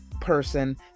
person